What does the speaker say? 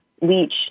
leach